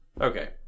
okay